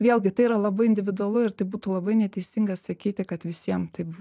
vėlgi tai yra labai individualu ir tai būtų labai neteisinga sakyti kad visiem taip